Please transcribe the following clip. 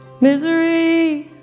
misery